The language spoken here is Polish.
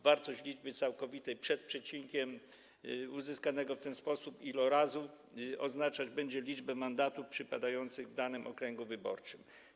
Wartość liczby całkowitej - przed przecinkiem - uzyskanego w ten sposób ilorazu oznaczać będzie liczbę mandatów przypadających w danym okręgu wyborczym.